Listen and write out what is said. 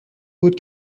بود